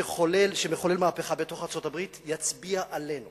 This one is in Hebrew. שמחולל מהפכה בתוך ארצות-הברית, יצביע עלינו